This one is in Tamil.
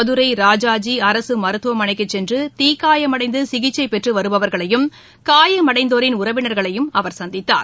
மதுரை ராஜாஜி அரசு மருத்துவமனைக்கு சென்று தீக்காயமடைந்து சிகிச்சை பெற்று வருபவர்களையும் காயமடைந்தோரின் உறவினர்களையும் அவர் சந்தித்தார்